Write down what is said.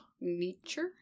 Nature